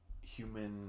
human